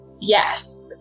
yes